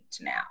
now